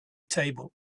table